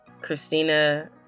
Christina